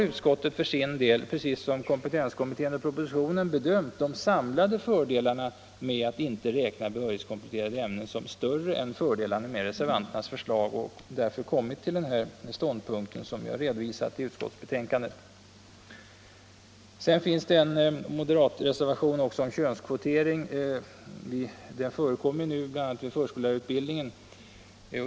Utskottet har för sin del, precis som kompetenskommittén och departementschefen i propositionen, bedömt de samlade fördelarna med att inte räkna behörighetskompletterade ämnen som större än fördelarna med det förslag som nu återfinnes i reservationen 10 och därför kommit till den ståndpunkt som vi redovisat i utskottsbetänkandet. Det finns en moderatreservation också om könskvotering — sådan förekommer bl.a. i förskollärarutbildningen.